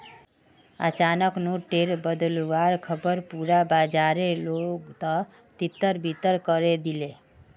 अचानक नोट टेर बदलुवार ख़बर पुरा बाजारेर लोकोत तितर बितर करे दिलए